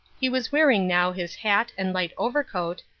he was wearing now his hat and light overcoat,